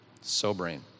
Sobering